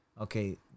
Okay